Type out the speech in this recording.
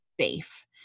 safe